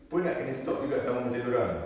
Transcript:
pun nak kena stop juga sama macam dia orang